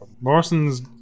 Morrison's